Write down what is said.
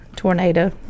tornado